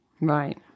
Right